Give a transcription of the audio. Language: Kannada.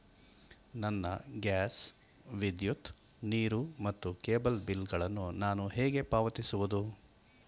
ನನ್ನ ಗ್ಯಾಸ್, ವಿದ್ಯುತ್, ನೀರು ಮತ್ತು ಕೇಬಲ್ ಬಿಲ್ ಗಳನ್ನು ನಾನು ಹೇಗೆ ಪಾವತಿಸುವುದು?